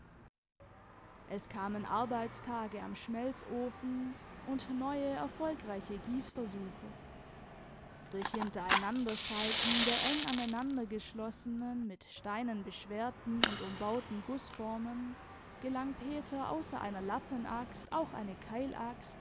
es kamen arbeitstage am schmelzofen und neue erfolgreiche gießversuche durch hintereinanderschalten der eng aneinandergeschlossenen mit steinen beschwerten und umbauten gußformen gelang peter außer einer lappenaxt auch eine